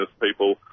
people